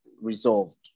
resolved